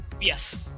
Yes